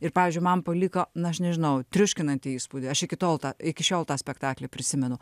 ir pavyzdžiui man paliko na aš nežinau triuškinantį įspūdį aš iki tol tą iki šiol tą spektaklį prisimenu